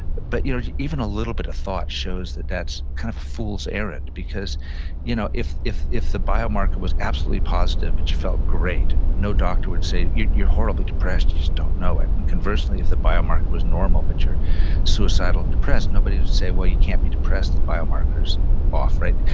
but you know even a little bit of thought shows that that's kind of a fool's errand, because you know if if the biomarker was absolutely positive but you felt great, no doctor would say, you're you're horribly depressed, you just don't know it. and conversely, if the biomarker was normal but you're suicidal and depressed, nobody would say, well, you can't be depressed. the biomarker is off, right?